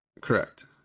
Correct